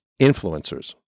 influencers